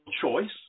choice